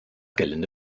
gerlinde